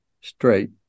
straight